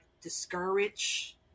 discourage